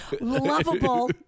lovable